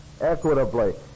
equitably